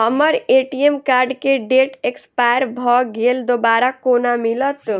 हम्मर ATM card केँ date expire भऽ गेल दोबारा कोना मिलत?